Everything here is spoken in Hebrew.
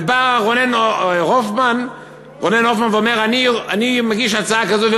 ובא רונן הופמן ואומר: אני מגיש הצעה כזאת.